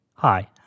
Hi